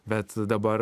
bet dabar